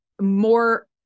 more